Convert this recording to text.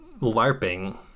larping